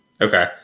Okay